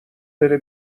بره